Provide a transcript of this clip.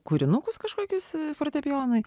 kūrinukus kažkokius fortepijonui